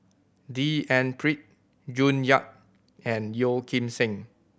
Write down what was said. D N Pritt June Yap and Yeo Kim Seng